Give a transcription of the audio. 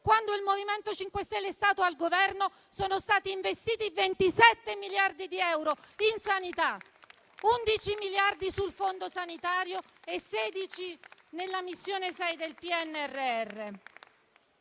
quando il MoVimento 5 Stelle è stato al Governo sono stati investiti 27 miliardi di euro in sanità, 11 miliardi sul Fondo sanitario e 16 nella Missione 6 del PNRR.